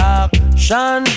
action